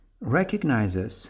recognizes